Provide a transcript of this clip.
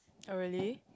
oh really